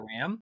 RAM